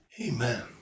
Amen